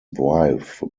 wife